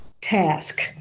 task